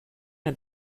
der